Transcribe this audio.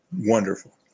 wonderful